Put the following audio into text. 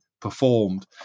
performed